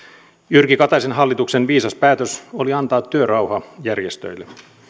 jyrki kataisen hallituksen viisas päätös oli antaa työrauha järjestöille